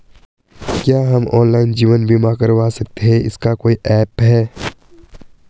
क्या हम ऑनलाइन जीवन बीमा करवा सकते हैं इसका कोई ऐप है?